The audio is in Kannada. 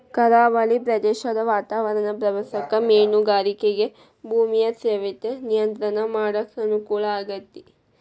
ಕರಾವಳಿ ಪ್ರದೇಶದ ವಾತಾವರಣ ಪ್ರವಾಸಕ್ಕ ಮೇನುಗಾರಿಕೆಗ ಭೂಮಿಯ ಸವೆತ ನಿಯಂತ್ರಣ ಮಾಡಕ್ ಅನುಕೂಲ ಆಗೇತಿ